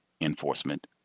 enforcement